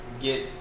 get